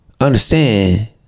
Understand